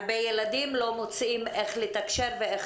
הרבה ילדים לא מוצאים איך לתקשר ואיך